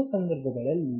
ಎರಡೂ ಸಂದರ್ಭಗಳಲ್ಲಿ